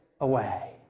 away